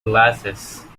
glasses